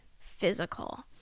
physical